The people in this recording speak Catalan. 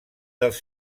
dels